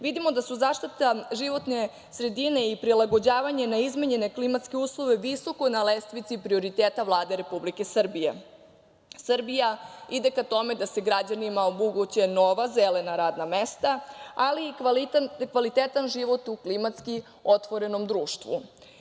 vidimo da su zaštita životne sredine i prilagođavanje na izmenjene klimatske uslove visoko na lestvici prioriteta Vlade Republike Srbije. Srbija ide ka tome da se građanima omoguće nova zelena radna mesta, ali i kvalitetan život u klimatski otvorenom društvu.